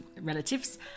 relatives